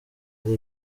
ari